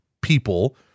people